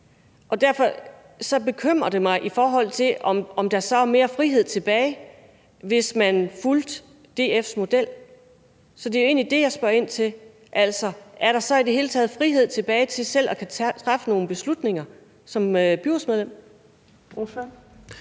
Det bekymrer mig, for ville der så være mere frihed tilbage, hvis man fulgte DF's model? Så det er egentlig det, jeg spørger ind til. Altså, er der i det hele taget frihed tilbage til selv at kunne træffe nogle beslutninger som byrådsmedlem?